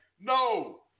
no